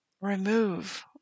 remove